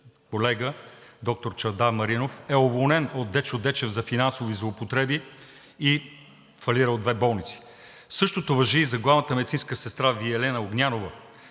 колега – доктор Чавдар Маринов, е уволнен от Дечо Дечев за финансови злоупотреби и е фалирал две болници. Същото важи и за главната медицинска сестра Виалена Огнянова.